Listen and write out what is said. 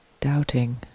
doubting